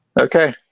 Okay